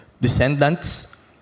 descendants